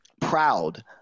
proud